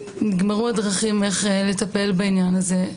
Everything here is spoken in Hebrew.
נגמרו הדרכים לטפל בעניין הזה,